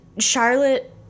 Charlotte